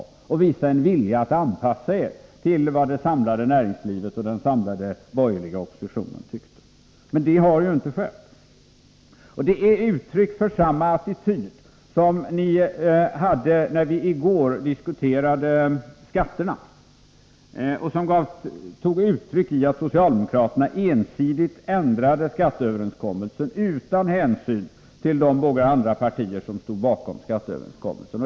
Vi utgick från att ni hade en vilja att anpassa er till vad det samlade näringslivet och den samlade borgerliga oppositionen tyckte. Så har ju inte skett. Detta är uttryck för samma attityd som ni hade när vi i går diskuterade skatterna och som tog sig uttryck i att socialdemokraterna ensidigt ändrade skatteöverenskommelsen utan hänsyn till de båda andra partier som stod bakom den.